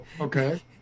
okay